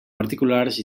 particulars